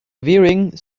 wearing